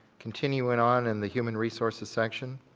continuing on in the human resources section.